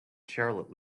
charlotte